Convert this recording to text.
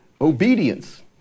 obedience